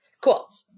Cool